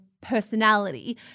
personality